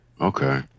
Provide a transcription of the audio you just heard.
Okay